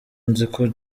nziko